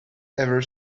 ever